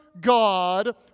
God